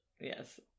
Yes